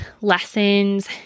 lessons